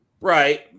Right